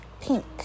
pink